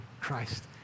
Christ